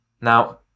Now